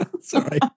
Sorry